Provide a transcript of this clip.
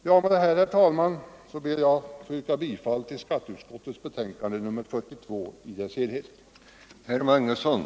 Med detta, herr talman, ber jag att få yrka bifall till skatteutskottets hemställan i dess helhet i betänkandet nr 42.